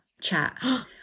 chat